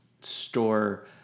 store